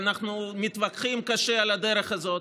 ואנחנו מתווכחים קשה על הדרך הזו,